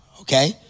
okay